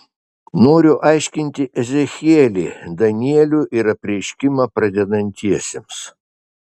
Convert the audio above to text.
noriu aiškinti ezechielį danielių ir apreiškimą pradedantiesiems